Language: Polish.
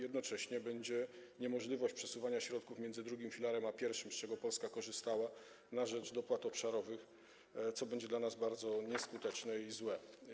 Jednocześnie będzie niemożliwość przesuwania środków między drugim filarem a pierwszym, z czego Polska korzystała, na rzecz dopłat obszarowych, co będzie dla nas bardzo nieskuteczne i złe.